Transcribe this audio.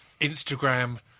Instagram